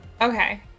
Okay